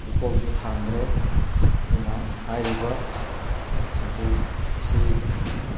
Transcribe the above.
ꯂꯨꯄꯧꯁꯨ ꯊꯥꯡꯗ꯭ꯔꯦ ꯑꯗꯨꯅ ꯍꯥꯏꯔꯤꯕ ꯁꯝꯄꯨ ꯑꯁꯤ